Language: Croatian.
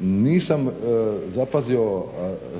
nisam zapazio